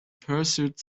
pursuit